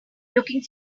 looking